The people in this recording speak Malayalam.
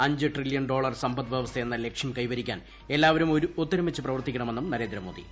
അഞ്ച് ട്രില്ല്യൺ ഡോളർ സമ്പദ്വൃവസ്ഥയെന്ന ലക്ഷ്യം കൈവരിക്കാൻ എല്ലാവരും ഒത്തൊരുമിച്ച് പ്രവർത്തിക്കണമെന്നും നരേന്ദ്രമോദി